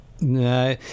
No